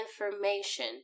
information